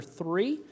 three